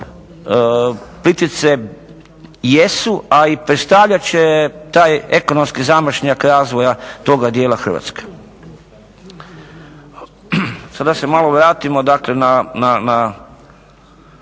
Plitvice jesu a i predstavljat će taj ekonomski zamašnjak razvoja toga dijela Hrvatske. Sada da se malo vratimo, dakle